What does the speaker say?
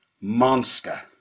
monster